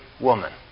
woman